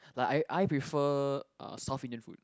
like I I prefer uh South Indian food